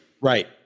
Right